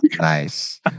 Nice